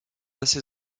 assez